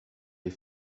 les